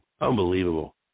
Unbelievable